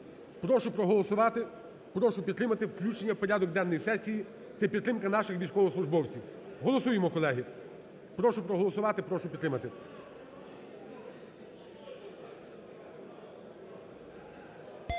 Прошу проголосувати. Прошу підтримати включення в порядок денний сесії. Це підтримка наших військовослужбовців. Голосуємо, колеги. Прошу проголосувати. Прошу підтримати.